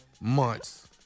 months